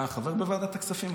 אתה חבר בוועדת הכספים?